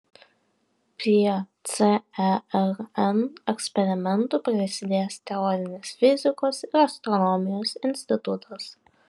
prie cern eksperimentų prisidės teorinės fizikos ir astronomijos institutas